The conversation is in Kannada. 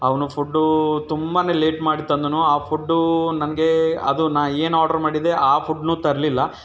ಅವನು ಫುಡ್ಡೂ ತುಂಬನೇ ಲೇಟ್ ಮಾಡಿ ತಂದನು ಆ ಫುಡ್ಡೂ ನನಗೆ ಅದು ನಾ ಏನು ಆಡ್ರು ಮಾಡಿದೆ ಆ ಫುಡ್ನೂ ತರಲಿಲ್ಲ